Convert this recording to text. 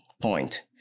point